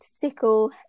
sickle